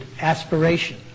aspiration